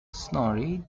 snorri